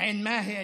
עין מאהל,